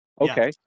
Okay